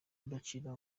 abacira